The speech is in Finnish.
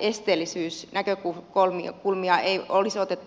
esteellisyysnäkökulmia ei olisi otettu huomioon